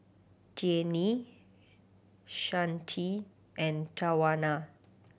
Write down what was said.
Deanne Shante and Tawanna